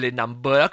number